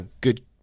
Good